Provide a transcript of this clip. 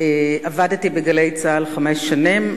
עבדתי ב"גלי צה"ל" חמש שנים.